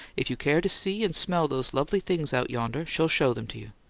if you care to see and smell those lovely things out yonder, she'll show them to you.